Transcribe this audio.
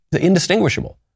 indistinguishable